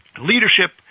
Leadership